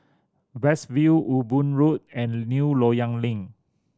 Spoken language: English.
West View Ewe Boon Road and New Loyang Link